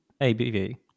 ABV